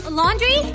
laundry